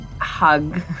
hug